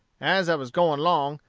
as i was going long,